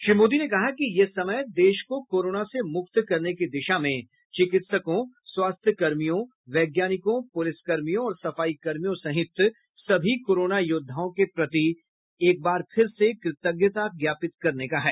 श्री मोदी ने कहा कि यह समय देश को कोरोना से मुक्त करने की दिशा में चिकित्सकों स्वास्थ्य कर्मियों वैज्ञानिकों पुलिसकर्मियों और सफाई कर्मियों सहित सभी कोरोना योद्धाओं के प्रति एक बार फिर से कृतज्ञता ज्ञापित करने का है